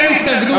אין התנגדות.